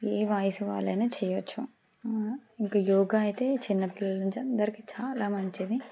ఏ వయస్సు వాళ్లైనా చేయవచ్చు ఇంక యోగా అయితే చిన్నపిల్లల నుంచి అందరికీ చాలా మంచిది